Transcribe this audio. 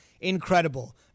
incredible